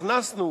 הכנסנו